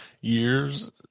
years